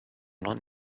non